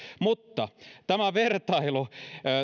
mutta tämä vertailu